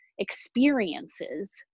experiences